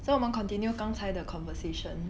so 我们 continue 刚才的 conversation